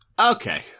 Okay